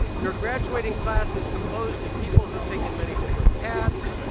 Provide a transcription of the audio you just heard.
your graduating class is composed of people who have taken many different paths,